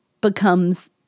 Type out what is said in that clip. becomes